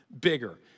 bigger